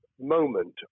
moment